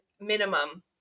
minimum